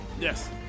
Yes